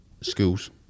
schools